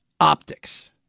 optics